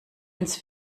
ins